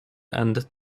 and